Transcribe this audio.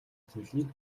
зүйлийг